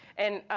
and